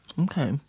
Okay